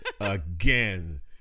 again